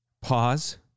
Pause